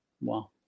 Wow